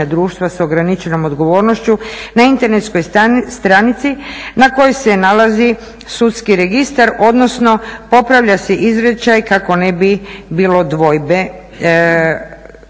društva s ograničenom odgovornošću na internetskoj stranici na kojoj se nalazi sudski registar, odnosno popravlja se izričaj kako ne bi bilo dvojbe